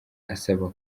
abasaba